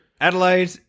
Adelaide